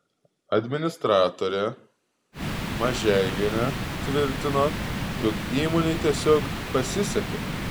administratorė mažeivienė tvirtino jog įmonei tiesiog pasisekė